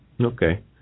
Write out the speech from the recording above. Okay